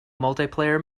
multiplayer